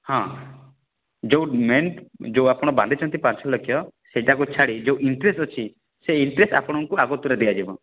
ହଁ ଯେଉଁ ମେନ୍ ଯେଉଁ ଆପଣ ବାନ୍ଧିଛନ୍ତି ପାଞ୍ଚ ଲକ୍ଷ ସେଇଟାକୁ ଛାଡ଼ି ଯେଉଁ ଇଣ୍ଟ୍ରେଷ୍ଟ୍ ଅଛି ସେ ଇଣ୍ଟ୍ରେଷ୍ଟ୍ ଆପଣଙ୍କୁ ଆଗତୁରା ଦିଆଯିବ